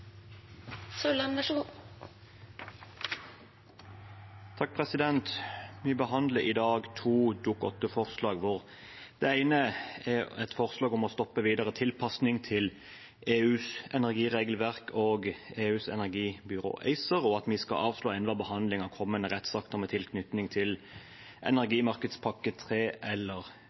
et forslag om å stoppe videre tilpasning til EUs energiregelverk og EUs energibyrå, ACER, og at vi skal avslå enhver behandling av kommende rettsakter med tilknytning til energimarkedspakke 3 eller